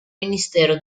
ministero